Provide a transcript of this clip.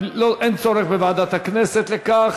אין צורך בוועדת הכנסת לכך.